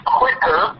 quicker